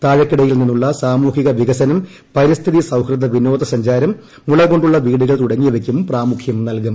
താഴെക്കിടയിൽ നിന്നുള്ള സാമൂഹിക വികസനം പരിസ്ഥിതി സൌഹൃദ വിനോദ സഞ്ചാരം മുള കൊണ്ടുള്ള വീടുകൾ തുടങ്ങിയവയ്ക്കും പ്രാമുഖ്യം നൽകും